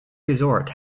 resort